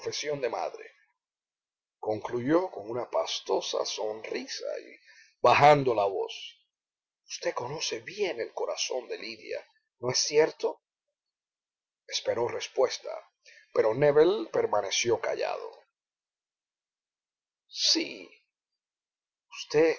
de madre concluyó con una pastosa sonrisa y bajando la voz usted conoce bien el corazón de lidia no es cierto esperó respuesta pero nébel permaneció callado sí usted